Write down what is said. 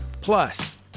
Plus